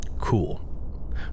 Cool